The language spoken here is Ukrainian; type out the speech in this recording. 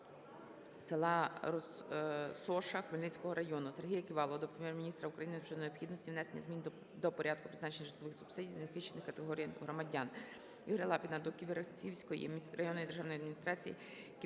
села Розсоша Хмельницького району. Сергія Ківалова до Прем'єр-міністра України щодо необхідності внесення змін до порядку призначення житлових субсидій незахищеним категоріям громадян. Ігоря Лапіна до Ківерцівської районної державної адміністрації, Ківерцівської районної ради